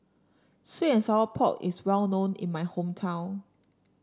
sweet and Sour Pork is well known in my hometown